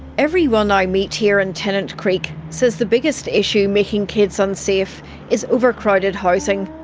everyone i meet here in tennant creek, says the biggest issue making kids unsafe is overcrowded housing.